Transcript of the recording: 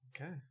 okay